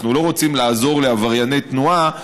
אנחנו לא רוצים לעזור לעברייני תנועה להתחמק,